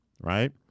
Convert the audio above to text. right